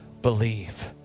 believe